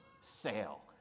sale